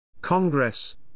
Congress